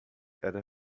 era